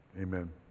Amen